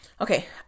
okay